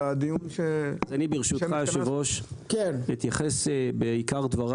יכול להיות שזה שווה דיון